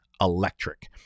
electric